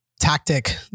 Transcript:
tactic